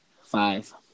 Five